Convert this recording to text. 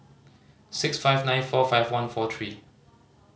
six five nine four five one four three